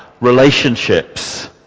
relationships